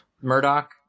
Murdoch